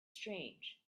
strange